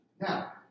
Now